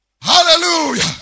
Hallelujah